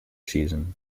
season